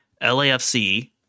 LAFC